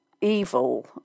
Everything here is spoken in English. evil